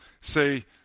say